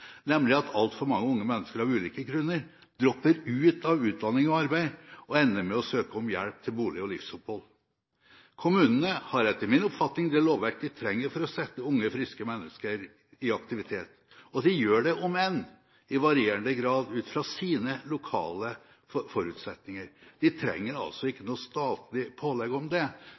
nemlig at altfor mange unge mennesker av ulike grunner dropper ut av utdanning og arbeid og ender med å søke om hjelp til bolig og livsopphold. Kommunene har etter min oppfatning det lovverk de trenger for å sette unge, friske mennesker i aktivitet, og de gjør det – om enn i varierende grad – ut fra sine lokale forutsetninger. De trenger altså ikke statlig pålegg om det.